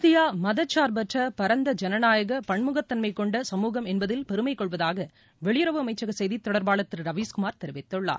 India மதச்சார்பற்ற பரந்த ஜனநாயக பன்முகத்தன்மை கொண்ட சமூகம் என்பதில் பெருமை கொள்வதாக வெளியுறவு அமைச்சக செய்தி தொடர்பாளர் திரு ரவீஷ் குமார் தெரிவித்துள்ளார்